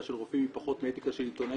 של רופאים היא פחות מאתיקה של עיתונאים,